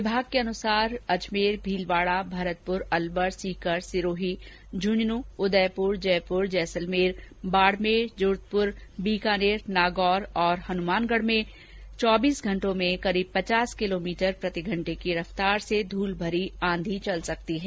विभाग के अनुसार अजमेर भीलवाडा भरतपुर अलवर सीकर सिरोही झुन्झुनूं उदयपुर जयपुर जैसलमेर बाडमेर जोधपुर बीकानेर नागौर और हनुमानगढ में चौबीस घंटों में करीब पचास किलोमीटर प्रतिघंटे की रफ्तार से धूलभरी आंधी चल सकती है